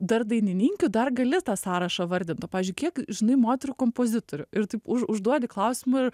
dar dainininkių dar gali tą sąrašą vardint o pavyzdžiui kiek žinai moterų kompozitorių ir taip už užduodi klausimą ir